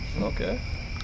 Okay